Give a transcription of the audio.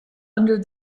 under